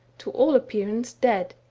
to all appearance dead.